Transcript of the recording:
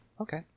okay